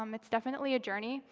um it's definitely a journey,